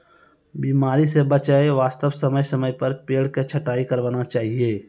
बीमारी स बचाय वास्तॅ समय समय पर पेड़ के छंटाई करवाना चाहियो